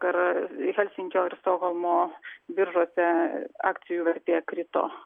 per helsinkio ir stokholmo biržose akcijų vertė krito